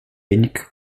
wenig